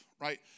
right